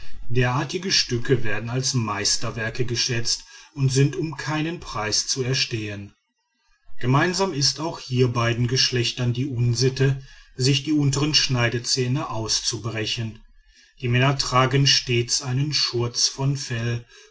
derartige stücke werden als meisterwerke geschätzt und sind um keinen preis zu erstehen gemeinsam ist auch hier beiden geschlechtern die unsitte sich die untern schneidezähne auszubrechen die männer tragen stets einen schurz von fell